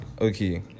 okay